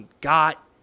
got